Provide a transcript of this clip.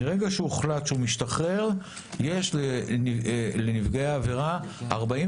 מרגע שהוחלט שהוא משתחרר יש לנפגעי העבירה 48